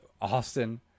Austin